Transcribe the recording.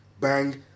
bang